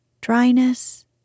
dryness